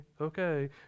Okay